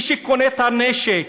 מי שקונה את הנשק,